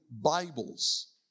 Bibles